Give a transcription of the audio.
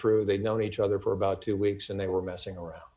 true they've known each other for about two weeks and they were messing around